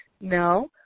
no